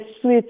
sweet